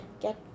get